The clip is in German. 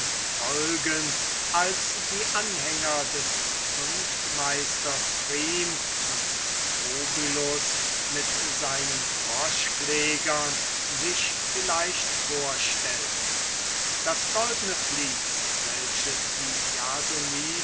folgen als die anhänger des zunftmeister pfrieme und strobylus mit seinen froschpflegern sich vielleicht vorstellten das goldne vließ welches die jasoniden